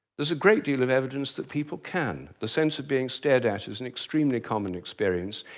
there's a great deal of evidence that people can. the sense of being stared at is an extremely common experience,